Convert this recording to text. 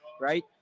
right